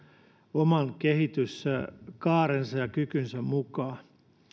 oman kehityskaarensa ja kykynsä mukaan